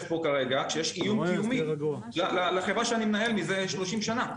כאן כרגע כשיש איום קיומי לחברה שאני מנהל מזה 30 שנה.